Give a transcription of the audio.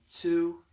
two